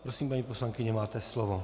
Prosím paní poslankyně, máte slovo.